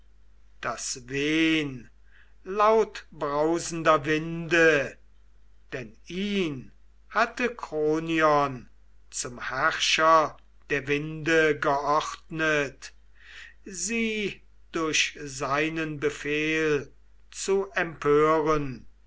das wehn lautbrausender winde denn ihn hatte kronion zum herrscher der winde geordnet sie durch seinen befehl zu empören